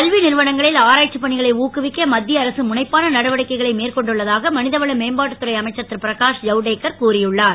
கல்வி நிறுவனங்களில் ஆராய்ச்சி பணிகளை ஊக்குவிக்க மத்திய அரசு முனைப்பான நடவடிக்கைகளை மேற்கொண்டுள்ளதாக மனிதவள மேம்பாட்டுத் துறை அமைச்சர் திருபிரகாஷ் ஜவுடேகர் கூறியுள்ளார்